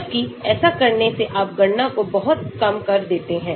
जबकि ऐसा करने से आप गणना को बहुत कम कर देते हैं